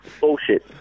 Bullshit